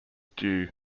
due